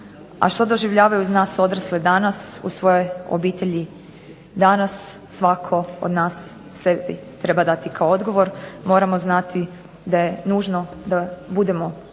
A što doživljavaju uz nas odrasle danas u svojoj obitelji danas svatko od nas sebi treba dati kao odgovor, moramo znati da je nužno da budemo dobri